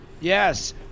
Yes